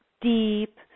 deep